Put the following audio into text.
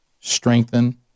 strengthen